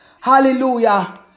Hallelujah